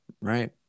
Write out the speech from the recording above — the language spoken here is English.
Right